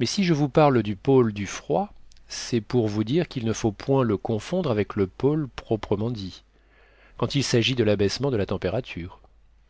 mais si je vous parle du pôle du froid c'est pour vous dire qu'il ne faut point le confondre avec le pôle proprement dit quand il s'agit de l'abaissement de la température